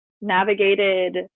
navigated